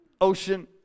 ocean